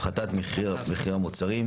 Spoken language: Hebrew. הפחתת מחיר המוצרים,